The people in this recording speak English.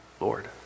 Lord